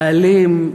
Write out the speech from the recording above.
האלים,